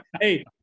Hey